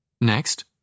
Next